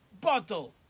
bottle